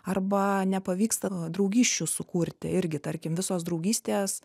arba nepavyksta draugysčių sukurti irgi tarkim visos draugystės